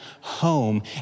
home